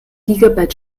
gigabyte